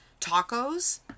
tacos